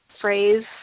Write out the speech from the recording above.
phrase